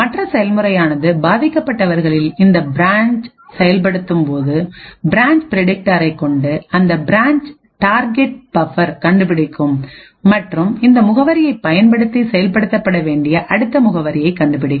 மற்ற செயல்முறையானது பாதிக்கப்பட்டவர்களில் இந்த பிரான்ச் செயல்படுத்தும் போது பிரான்ச் பிரடிக்டார்ரைக் கொண்டு அதன் பிரான்ச் டார்கெட் பபர் கண்டுபிடிக்கும் மற்றும் இந்த முகவரியை பயன்படுத்தி செயல்படுத்தப்பட வேண்டிய அடுத்த முகவரியை கண்டுபிடிக்கும்